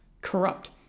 corrupt